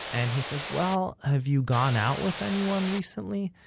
and he says, well, have you gone out with anyone recently?